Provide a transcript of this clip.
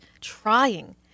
trying